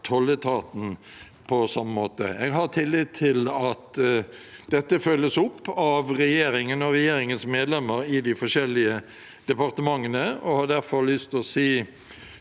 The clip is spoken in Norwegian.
tolletaten på samme måte. Jeg har tillit til at dette følges opp av regjeringen og regjeringens medlemmer i de forskjellige departementene, og har derfor lyst til